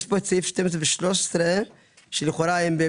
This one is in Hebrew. יש את סעיפים 12 ו-13,